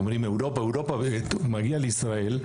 אומרים אירופה אירופה ומגיע לישראל.